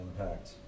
impact